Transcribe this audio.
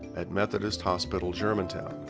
at methodist hospital germantown.